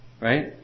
right